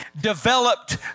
developed